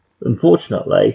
unfortunately